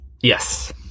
Yes